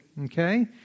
okay